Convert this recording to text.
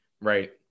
Right